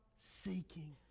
seeking